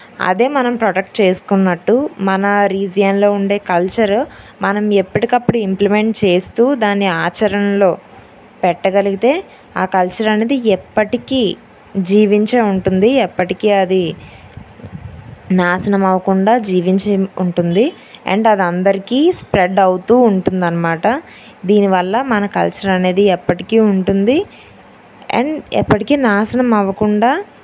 అదే మనం ప్రొటెక్ట్ చేసుకున్నట్టు మన రీజియన్లో ఉండే కల్చరు మనం ఎప్పటికప్పుడు ఇంప్లిమెంట్ చేస్తూ దాన్ని ఆచరణలో పెట్టగలిగితే ఆ కల్చర్ అనేది ఎప్పటికీ జీవించే ఉంటుంది ఎప్పటికీ అది నాశనం అవ్వకుండా జీవించే ఉంటుంది అండ్ అది అందరికీ స్ప్రెడ్ అవుతూ ఉంటుంది అన్నమాట దీనివల్ల మన కల్చర్ అనేది ఎప్పటికీ ఉంటుంది అండ్ ఎప్పటికీ నాశనం అవ్వకుండా